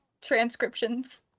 transcriptions